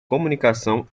comunicação